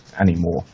anymore